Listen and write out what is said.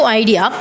idea